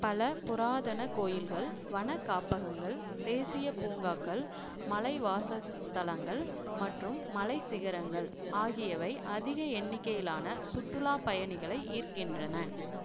பல புராதன கோயில்கள் வன காப்பகங்கள் தேசிய பூங்காக்கள் மலைவாசஸ்தலங்கள் மற்றும் மலை சிகரங்கள் ஆகியவை அதிக எண்ணிக்கையிலான சுற்றுலாப் பயணிகளை ஈர்க்கின்றன